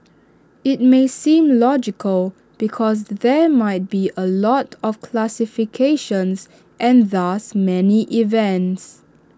IT may seem logical because there might be A lot of classifications and thus many events